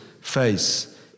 face